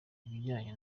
ibijyanye